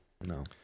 No